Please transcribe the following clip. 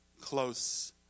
close